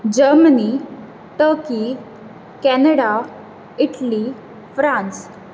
Germany turkey Canada Italy France